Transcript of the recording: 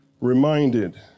reminded